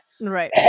Right